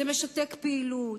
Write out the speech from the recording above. זה משתק פעילות,